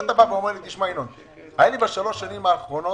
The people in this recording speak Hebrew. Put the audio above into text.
אם אתה אומר לי: בשלוש השנים האחרונות,